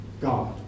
God